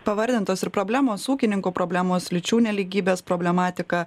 pavardintos ir problemos ūkininkų problemos lyčių nelygybės problematika